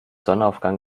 sonnenaufgang